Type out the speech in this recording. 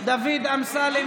דוד אמסלם,